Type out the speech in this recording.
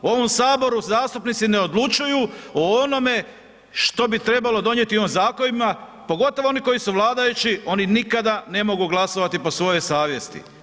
U ovom HS zastupnici ne odlučuju o onome što bi trebalo donijeti u ovim zakonima, pogotovo oni koji su vladajući, oni nikada ne mogu glasovati po svojoj savjesti.